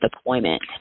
deployment